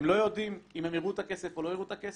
הם לא יודעים אם הם יראו את הכסף או לא יראו את הכסף,